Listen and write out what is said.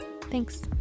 Thanks